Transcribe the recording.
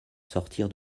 sortir